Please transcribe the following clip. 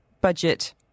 budget